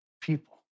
people